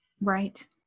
right